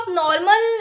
normal